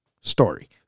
story